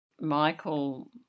Michael